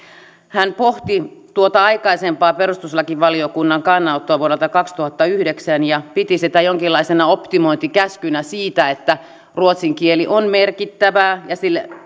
hän pohti tuota aikaisempaa perustuslakivaliokunnan kannanottoa vuodelta kaksituhattayhdeksän ja piti sitä jonkinlaisena optimointikäskynä siitä että ruotsin kieli on merkittävää ja sille